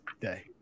day